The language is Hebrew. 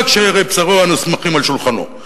רק שארי בשרו הנסמכים על שולחנו.